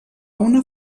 una